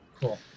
Cool